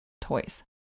toys